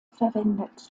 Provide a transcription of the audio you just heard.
verwendet